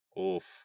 Oof